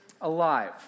alive